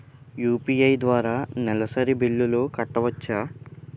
UPI ద్వారా నెలసరి బిల్లులు కట్టవచ్చా?